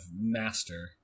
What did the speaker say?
master